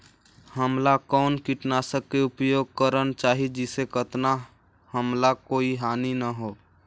हमला कौन किटनाशक के उपयोग करन चाही जिसे कतना हमला कोई हानि न हो?